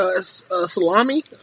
Salami